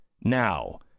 now